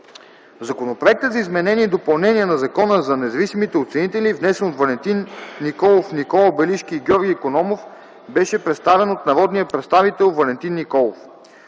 Законопроектът за изменение и допълнение на Закона за независимите оценители, внесен от Валентин Николов, Никола Белишки и Георги Икономов, беше представен от народния представител Валентин Николов.